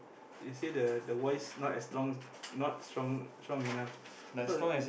is say the the voice not as strong not strong strong enough her